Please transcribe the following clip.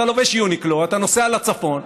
אתה לובש יוניקלו, אתה נוסע לצפון,